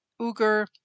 Uger